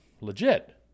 legit